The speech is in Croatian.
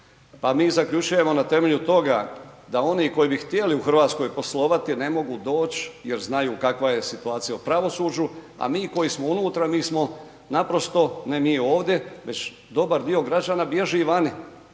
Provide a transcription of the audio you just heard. mi zaključujemo na temelju toga da oni koji bi htjeli u Hrvatskoj poslovati jer ne mogu doć jer znaju kakva je situacija u pravosuđu, a mi koji smo unutra mi smo naprosto, ne mi ovdje već dobar dio građana bježi vani